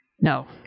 No